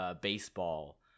baseball